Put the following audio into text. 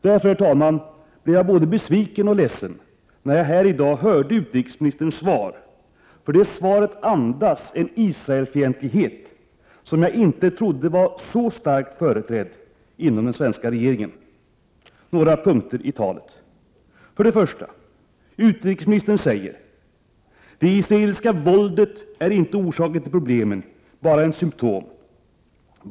Därför blev jag, herr talman, både besviken och ledsen när jag här i dag hörde utrikesministerns svar. Det svaret andas en Israelfientlighet, som jag inte trodde var så starkt företrädd inom den svenska regeringen. Några punkter i svaret: 1. Utrikesministern säger att det israeliska våldet inte är orsaken till problemen utan bara ett symtom.